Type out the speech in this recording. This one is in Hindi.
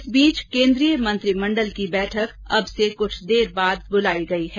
इस बीच केन्द्रीय मंत्रिमण्डल की बैठक अब से क्छ देर बाद बुलायी गयी है